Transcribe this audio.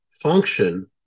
function